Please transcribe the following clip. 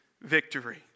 victory